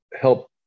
help